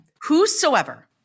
whosoever